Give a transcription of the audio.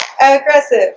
Aggressive